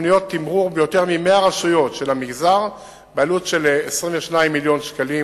ותוכניות תימרור ביותר מ-100 רשויות במגזר בעלות של 22 מיליון שקלים.